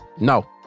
No